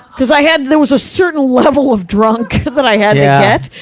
cause i had, there was a certain level of drunk that i had yeah get,